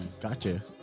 gotcha